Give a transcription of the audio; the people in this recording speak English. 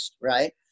right